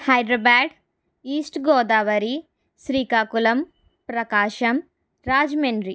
Hyderabad east Godavari Srikakulam Prakasam Rajahmundry